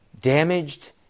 damaged